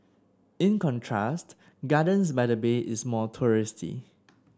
in contrast Gardens by the Bay is more touristy